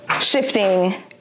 shifting